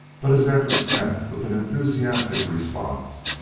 but his efforts met with an enthusiastic response.